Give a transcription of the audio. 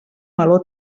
meló